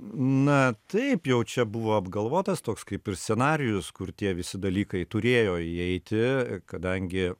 na taip jau čia buvo apgalvotas toks kaip ir scenarijus kur tie visi dalykai turėjo įeiti kadangi